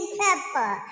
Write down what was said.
pepper